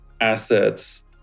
assets